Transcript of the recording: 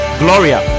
gloria